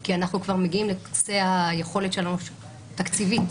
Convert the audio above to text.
כי אנחנו מגיעים לקצה היכולת שלנו התקציבית